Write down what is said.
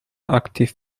active